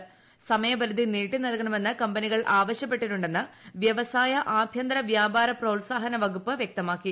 ്സമയപരിധി നീട്ടി നൽകണമെന്ന് കമ്പനികൾ ആവശ്യപ്പെട്ടിട്ടുണ്ടെന്ന് വൃവസായ ആഭ്യന്തര വ്യാപാര പ്രോത്സാഹന് വകുപ്പ് വൃക്തമാക്കി